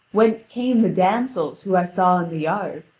whence came the damsels whom i saw in the yard,